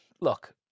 look